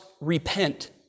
repent